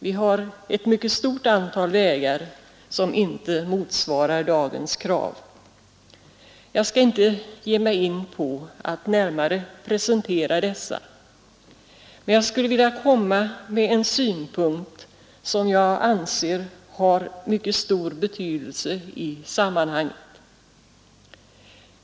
Vi har ett mycket stort antal vägar som inte motsvarar dagens krav. Jag skall inte ge mig in på att närmare presentera dessa, men jag skulle vilja komma med en synpunkt som jag anser ha mycket stor betydelse i sammanhanget.